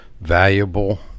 valuable